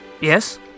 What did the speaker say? Yes